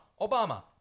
Obama